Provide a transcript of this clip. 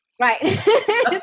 Right